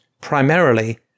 primarily